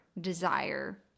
desire